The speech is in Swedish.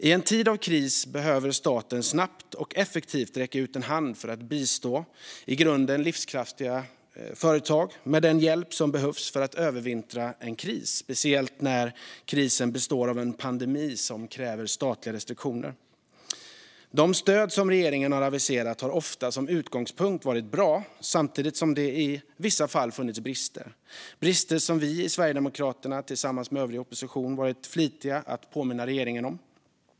I en tid av kris behöver staten snabbt och effektivt räcka ut en hand för att bistå i grunden livskraftiga företag med den hjälp som behövs för att övervintra en kris, speciellt när krisen består av en pandemi som kräver statliga restriktioner. De stöd som regeringen har aviserat har ofta varit bra, samtidigt som det i vissa fall funnits brister - brister som vi i Sverigedemokraterna tillsammans med övrig opposition varit flitiga att påminna regeringen om.